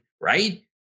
right